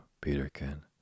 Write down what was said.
Peterkin